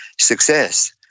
success